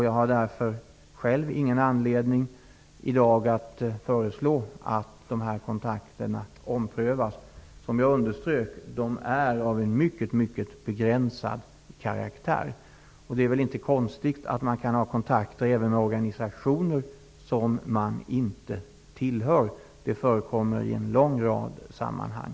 Jag har därför själv ingen anledning att i dag föreslå att dessa kontakter skall omprövas. Som jag underströk är de av mycket, mycket begränsad karaktär. Det är väl inte konstigt att man kan ha kontakter även med organisationer som man inte tillhör. Det förekommer i en lång rad sammanhang.